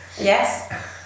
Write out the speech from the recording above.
Yes